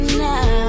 now